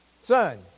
son